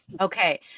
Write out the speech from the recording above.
okay